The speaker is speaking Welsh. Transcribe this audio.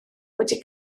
wedi